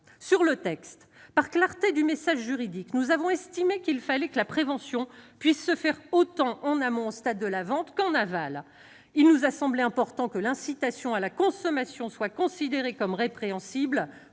Par souci de clarté du message juridique, nous avons estimé qu'il fallait que la prévention puisse se faire autant en amont, c'est-à-dire au stade de la vente, qu'en aval. Il nous a semblé important que l'incitation à la consommation soit considérée comme répréhensible,